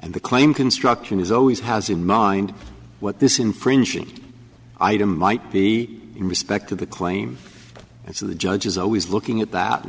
and the claim construction is always has in mind what this infringing item might be in respect to the claim and so the judge is always looking at that